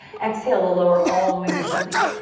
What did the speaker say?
exhale to lower all the way to the belly.